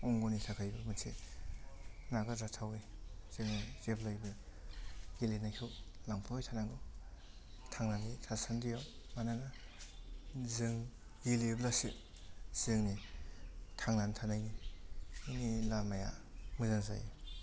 अंग'नि थाखायबो मोनसे नागारजाथावै जोङो जेब्लायबो गेलेनायखौ लांफाबाय थानांगौ थांनानै थासान्दियाव मानोना जों गेलेयोब्लासो जोंनि थांनानै थानायनि माने लामाया मोजां जायो